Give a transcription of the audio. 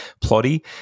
ploddy